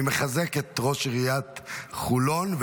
אני מחזק את ראש עיריית חולון,